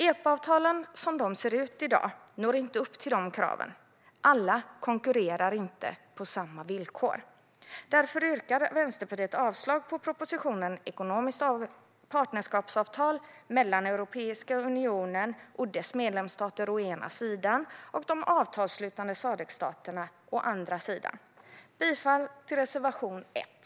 EPA-avtalen som de ser ut i dag når inte upp till de kraven; alla konkurrerar inte på samma villkor. Därför yrkar Vänsterpartiet avslag på propositionen Ekonomiskt partnerskapsavtal mellan Europeiska unionen och dess medlemsstater, å ena sidan, och de avtalsslutande Sadc-staterna, å andra sidan . Jag yrkar bifall till reservation 1.